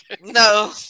No